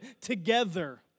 together